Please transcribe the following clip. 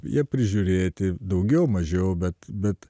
jie prižiūrėti daugiau mažiau bet bet